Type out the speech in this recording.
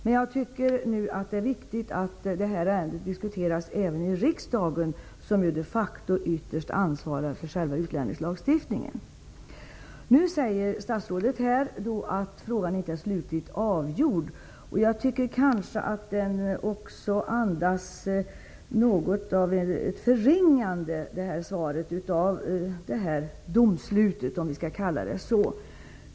Men jag tycker att det är viktigt att det här ärendet även diskuteras i riksdagen, som de facto ytterst ansvarar för själva utlänningslagstiftningen. Statsrådet säger att frågan inte är slutligt avgjord. Jag tycker kanske att svaret andas något av ett förringande av domslutet, om vi skall kalla det så.